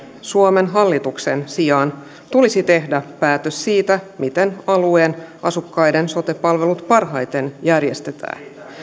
suomen hallituksen tulisi tehdä päätös siitä miten alueen asukkaiden sote palvelut parhaiten järjestetään